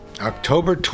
October